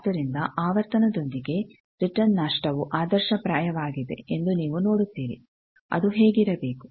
ಆದ್ದರಿಂದ ಆವರ್ತನದೊಂದಿಗೆ ರಿಟರ್ನ್ ನಷ್ಟವು ಆದರ್ಶಪ್ರಾಯವಾಗಿದೆ ಎಂದು ನೀವು ನೋಡುತ್ತೀರಿ ಅದು ಹೇಗಿರಬೇಕು